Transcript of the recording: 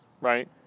right